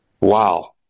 Wow